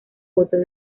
votos